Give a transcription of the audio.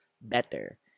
better